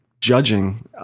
judging